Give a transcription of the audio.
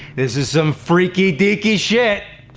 this is some freaky, deaky shit.